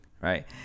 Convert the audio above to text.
right